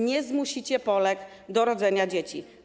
Nie zmusicie Polek do rodzenia dzieci.